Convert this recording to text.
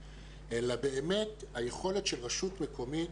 אלא באמת היכולת של רשות מקומית,